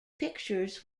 pictures